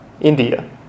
India